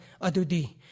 adudi